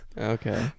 Okay